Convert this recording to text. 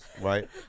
Right